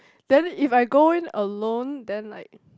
then if I go in alone then like